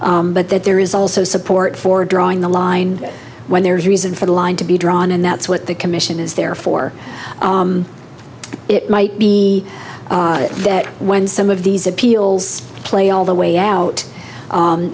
that there is also support for drawing the line when there's a reason for the line to be drawn and that's what the commission is there for it might be that when some of these appeals play all the way out